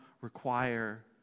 require